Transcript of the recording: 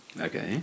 Okay